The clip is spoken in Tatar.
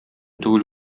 түгел